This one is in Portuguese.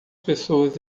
pessoas